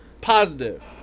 Positive